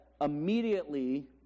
Immediately